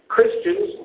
Christians